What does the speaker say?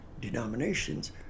denominations